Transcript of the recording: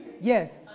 Yes